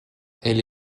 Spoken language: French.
elle